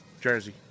Jersey